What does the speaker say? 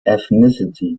ethnicity